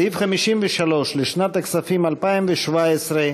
סעיף 53 לשנת הכספים 2017,